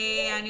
אני